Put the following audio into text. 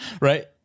right